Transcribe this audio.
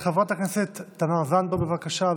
חברת הכנסת תמר זנדברג, בבקשה.